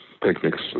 picnics